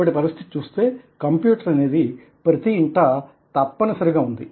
ఇప్పటి పరిస్థితి చూస్తే కంప్యూటర్ అనేది ప్రతి ఇంటా తప్పనిసరిగా ఉంది